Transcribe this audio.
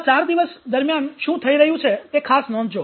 છેલ્લા ચાર દિવસ દરમિયાન શું થઈ રહ્યું છે તે ખાસ નોંધજો